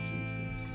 Jesus